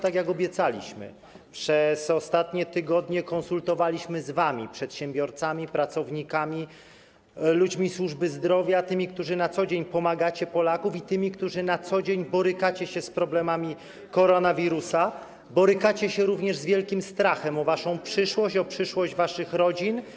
Tak jak obiecaliśmy, przez ostatnie tygodnie konsultowaliśmy to z wami, przedsiębiorcami, pracownikami, ludźmi służby zdrowia, z wami, którzy na co dzień pomagacie Polakom i którzy na co dzień borykacie się z problemami koronawirusa, borykacie się również z wielkim strachem o waszą przyszłość, o przyszłość waszych rodzin.